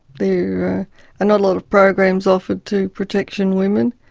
there are not a lot of programs offered to protection women